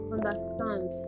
Understand